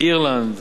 אירלנד.